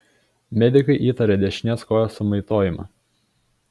medikai įtarė dešinės kojos sumaitojimą